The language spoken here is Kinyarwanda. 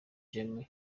jammeh